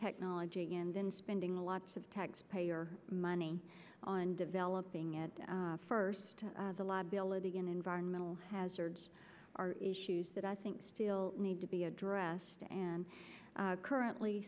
technology and then spending lots of taxpayer money on developing it first the liability in environmental hazards are issues that i think still need to be addressed and currently